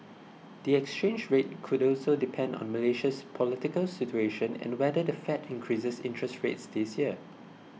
the exchange rate could also depend on Malaysia's political situation and whether the Fed increases interest rates this year